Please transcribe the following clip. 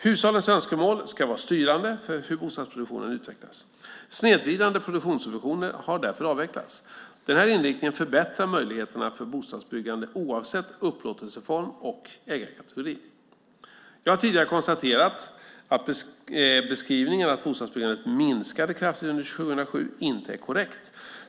Hushållens önskemål ska vara styrande för hur bostadsproduktionen utvecklas. Snedvridande produktionssubventioner har därför avvecklats. Denna inriktning förbättrar möjligheterna för bostadsbyggande oavsett upplåtelseform och ägarkategori. Jag har tidigare konstaterat att beskrivningen att bostadsbyggandet minskade kraftigt under 2007 inte är korrekt.